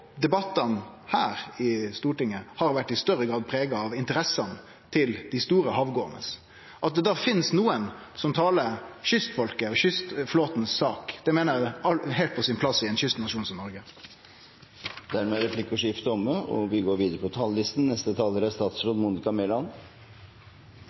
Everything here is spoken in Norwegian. debattane her i Stortinget har i større grad vore prega av interessene til dei store havgåande fartøya. At det da finst nokon som talar kystflåten og kystfolket si sak, er heilt på sin plass i ein kystnasjon som Noreg. Dermed er replikkordskiftet omme. Vi bor i et land med fantastiske muligheter. Vi har en velfungerende økonomi, vi har en høyt utdannet befolkning, og vi